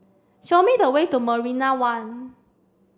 show me the way to Marina One